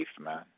man